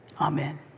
Amen